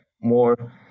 more